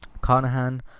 Carnahan